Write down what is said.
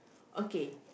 okay